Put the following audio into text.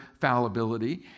fallibility